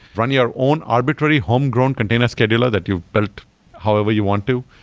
run your own arbitrary homegrown container scheduler that you build however you want to.